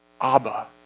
Abba